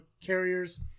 carriers